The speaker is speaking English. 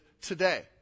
today